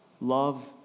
Love